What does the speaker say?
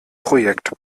projekt